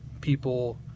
people